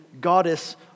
goddess